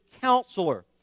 counselor